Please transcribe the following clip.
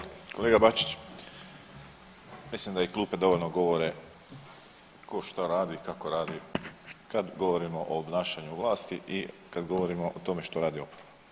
Kolega Bačić, mislim da i klupe dovoljno govore ko šta radi, kako radi, kad govorimo o obnašanju vlasti i kad govorimo o tome što radi oporba.